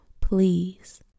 please